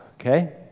okay